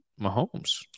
Mahomes